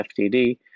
FTD